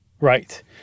Right